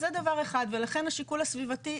אז זה דבר אחד ולכן השיקול הסביבתי,